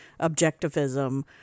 objectivism